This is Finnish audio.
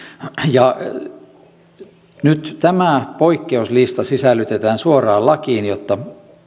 ja nyt tämä poikkeuslista sisällytetään suoraan lakiin jotta